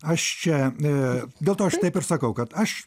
aš čia a dėl to aš taip sakau kad aš